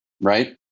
Right